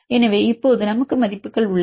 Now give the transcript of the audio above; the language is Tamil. எனவே இப்போது நமக்கு மதிப்புகள் உள்ளன